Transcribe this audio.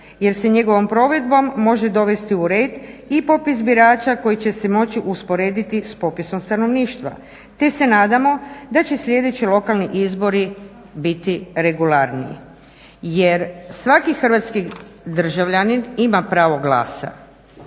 jer se njegov provedbom može dovesti u red i popis birača koji će se moći usporediti s popisom stanovništva te se nadamo da će sljedeći lokalni izbori biti regularniji jer svaki hrvatski državljanin ima pravo glasa.